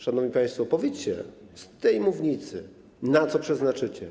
Szanowni państwo, powiedzcie z tej mównicy, na co to przeznaczycie.